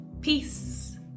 Peace